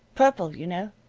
purple, you know,